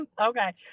okay